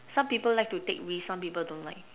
some people like to take risk some people don't like